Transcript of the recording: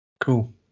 Cool